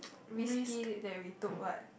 risky that we took what